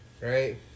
Right